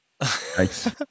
Thanks